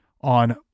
on